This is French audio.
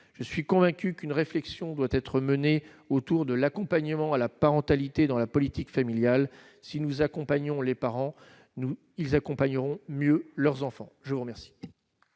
je suis convaincu qu'une réflexion doit être menée autour de l'accompagnement à la parentalité dans la politique familiale, si nous accompagnons les parents nous ils accompagneront mieux leurs enfants, je vous remercie.